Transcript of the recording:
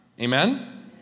amen